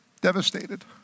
Devastated